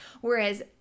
whereas